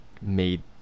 made